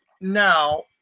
Now